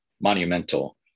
monumental